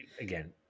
again